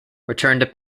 returned